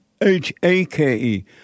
H-A-K-E